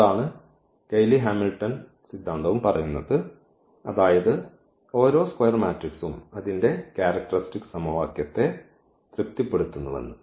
അതാണ് Cayley Hamilton സിദ്ധാന്തവും പറയുന്നത് അതായത് ഓരോ സ്ക്വയർ മാട്രിക്സും അതിന്റെ ക്യാരക്ടർസ്റ്റിക്സ് സമവാക്യത്തെ തൃപ്തിപ്പെടുത്തുന്നുവെന്ന്